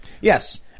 Yes